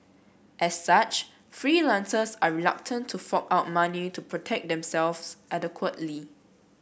as such freelancers are reluctant to fork out money to protect themselves adequately